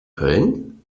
köln